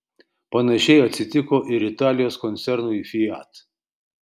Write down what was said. panašiai atsitiko ir italijos koncernui fiat